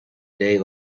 day